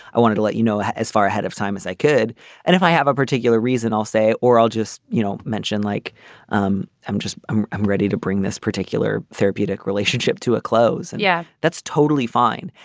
i wanted to let you know as far ahead of time as i could and if i have a particular reason i'll say or i'll just you know mention like um i'm just i'm i'm ready to bring this particular therapeutic relationship to a close. and yeah that's totally fine.